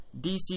DC